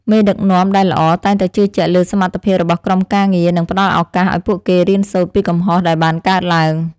មេដឹកនាំដែលល្អតែងតែជឿជាក់លើសមត្ថភាពរបស់ក្រុមការងារ និងផ្តល់ឱកាសឱ្យពួកគេរៀនសូត្រពីកំហុសដែលបានកើតឡើង។